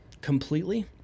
completely